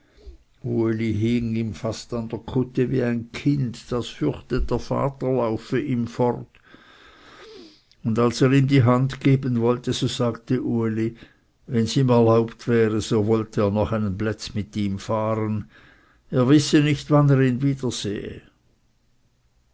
an der kutte wie ein kind das fürchtet der vater laufe ihm fort und als er ihm die hand geben wollte so sagte uli wenns ihm erlaubt würde so wollte er noch einen plätz mit ihm fahren er wisse nicht wann er ihn wieder